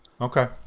Okay